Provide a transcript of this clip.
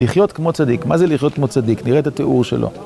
לחיות כמו צדיק. מה זה לחיות כמו צדיק? נראה את התיאור שלו.